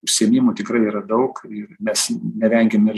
užsiėmimų tikrai yra daug ir mes nevengiam ir